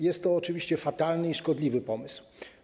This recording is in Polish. Jest to oczywiście fatalny i szkodliwy pomysł.